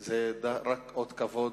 הם רק אות כבוד,